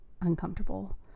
uncomfortable